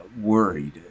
worried